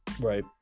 Right